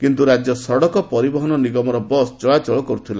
କିନ୍ତୁ ରାଜ୍ୟ ସଡ଼କ ପରିବହନ ନିଗମର ବସ୍ ଚଳାଚଳ କରୁଥିଲା